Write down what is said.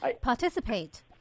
participate